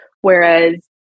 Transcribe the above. Whereas